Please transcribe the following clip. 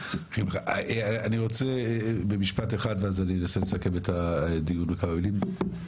אני רוצה משפט אחד ואז אני אנסה לסכם את הדיון בכמה מילים.